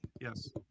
yes